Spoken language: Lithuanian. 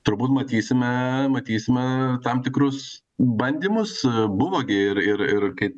turbūt matysime matysime tam tikrus bandymus buvo gi ir ir ir kai